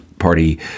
party